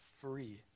free